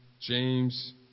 James